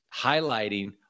highlighting